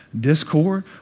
discord